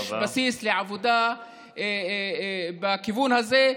יש בסיס לעבודה בכיוון הזה,